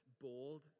bold